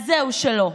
אז זהו, שלא.